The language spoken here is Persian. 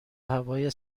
هوای